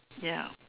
ya